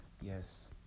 Yes